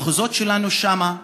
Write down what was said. במחוזות שלנו שם,